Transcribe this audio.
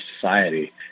society